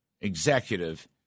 executive